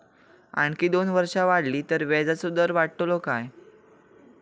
आणखी दोन वर्षा वाढली तर व्याजाचो दर वाढतलो काय?